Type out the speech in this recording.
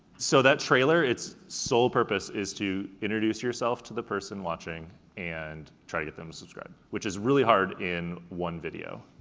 so that trailer, its sole purpose is to introduce yourself to the person watching and try to get them to subscribe. which is really hard in one video.